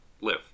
live